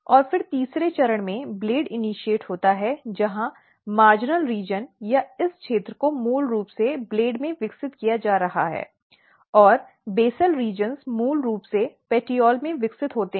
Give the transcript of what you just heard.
और फिर तीसरे चरण में ब्लेड इनिशिएट होता है जहां सीमांत क्षेत्र या इस क्षेत्र को मूल रूप से ब्लेड में विकसित किया जा रहा है और बेसल क्षेत्र मूल रूप से पेटीओल में विकसित होते हैं